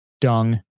dung